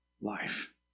life